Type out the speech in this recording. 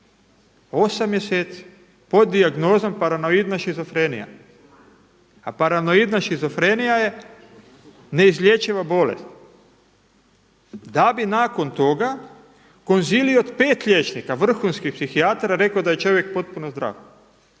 8 mjeseci pod dijagnozom paranoidna šizofrenija, a paranoidna šizofrenija je neizlječiva bolest. Da bi nakon toga konzilij od pet liječnika vrhunskih psihijatara rekao da je čovjek potpuno zdrav.